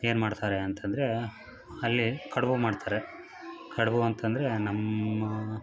ಏನು ಮಾಡ್ತಾರೆ ಅಂತಂದರೆ ಅಲ್ಲಿ ಕಡುಬು ಮಾಡ್ತಾರೆ ಕಡುಬು ಅಂತಂದರೆ ನಮ್ಮ